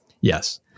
yes